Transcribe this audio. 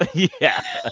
yeah